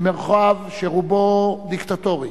במרחב שרובו דיקטטורי,